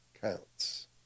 counts